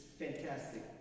fantastic